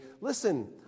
listen